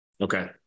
Okay